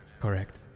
Correct